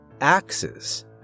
axes